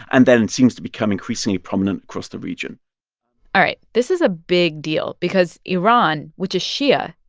and then it seems to become increasingly prominent across the region all right. this is a big deal because iran, which is shia,